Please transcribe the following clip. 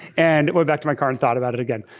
and went back to my car and thought about it again.